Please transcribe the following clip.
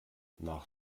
nach